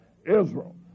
Israel